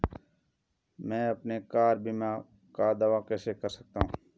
मैं अपनी कार बीमा का दावा कैसे कर सकता हूं?